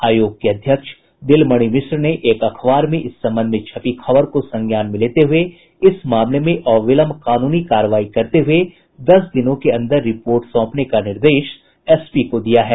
आयोग की अध्यक्ष दिलमणि मिश्र ने एक अखबार में इस संबंध में छपी खबर को संज्ञान में लेते हुये इस मामले में अविलंब कानूनी कार्रवाई करते हुये दस दिनों के अंदर रिपोर्ट सौंपने का निर्देश एसपी को दिया है